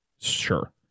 Sure